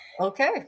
Okay